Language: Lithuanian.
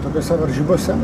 tokiose varžybose